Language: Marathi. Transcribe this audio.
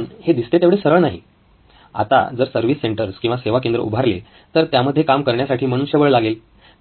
पण हे दिसते तेवढे सरळ नाही आता जर सर्विस सेंटर्स किंवा सेवा केंद्र उभारले तर त्यामध्ये काम करण्यासाठी मनुष्यबळ लागेल